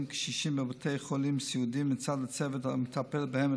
קשישים בבתי חולים סיעודיים מצד הצוות המטפל בהם,